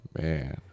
man